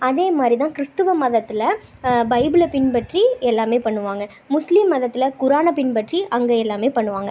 அதே மாதிரி தான் கிறிஸ்துவ மதத்தில் பைபிள பின்பற்றி எல்லாம் பண்ணுவாங்க முஸ்லீம் மதத்தில் குரானை பின்பற்றி அங்கே எல்லாம் பண்ணுவாங்க